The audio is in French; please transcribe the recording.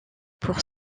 pour